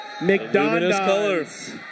McDonald's